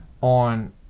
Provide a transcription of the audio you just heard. on